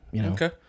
Okay